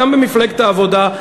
גם במפלגת העבודה,